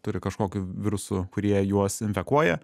turi kažkokių virusų kurie juos infekuoja